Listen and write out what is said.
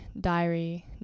diary